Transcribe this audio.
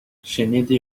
شنیدی